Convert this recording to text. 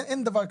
אין דבר כזה.